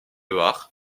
barres